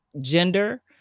gender